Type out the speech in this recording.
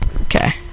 Okay